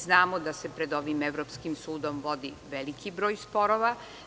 Znamo da se pred ovim evropskim sudom vodi veliki broj sporova.